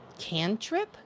cantrip